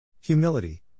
Humility